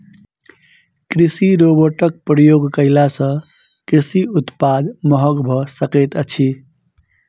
कृषि रोबोटक प्रयोग कयला सॅ कृषि उत्पाद महग भ सकैत अछि